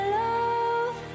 love